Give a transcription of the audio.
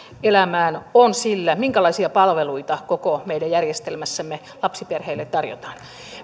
elämään on sillä minkälaisia palveluita koko meidän järjestelmässämme lapsiperheille tarjotaan